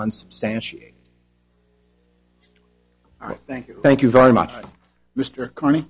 unsubstantiated thank you thank you very much mr carn